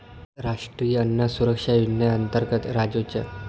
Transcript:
राष्ट्रीय अन्न सुरक्षा योजनेअंतर्गत राजुच्या वडिलांना तांदूळ मिळाला